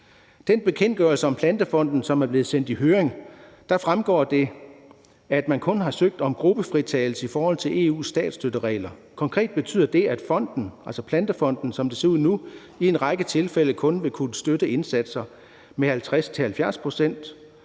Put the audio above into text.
den bekendtgørelse om Plantefonden, som er blevet sendt i høring, fremgår det, at man kun har søgt om gruppefritagelse i forhold til EU's statsstøtteregler. Konkret betyder det, at fonden – altså Plantefonden – som det ser ud nu i en række tilfælde kun vil kunne støtte indsatser med 50-70 pct.,